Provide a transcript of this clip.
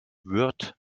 wird